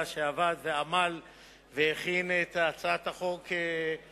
שעבד ועמל והכין את הצעת חוק הגנת השכר